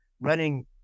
running